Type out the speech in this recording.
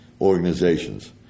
organizations